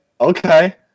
okay